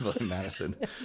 Madison